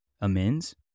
amends